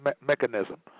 mechanism